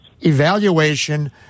evaluation